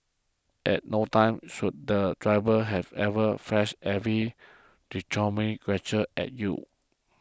at no time should the driver have ever flashed every derogatory gesture at you